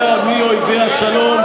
אתה יודע מי אויבי השלום?